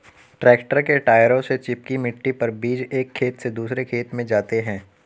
tractor के टायरों से चिपकी मिट्टी पर बीज एक खेत से दूसरे खेत में जाते है